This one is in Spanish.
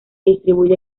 distribuye